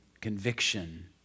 conviction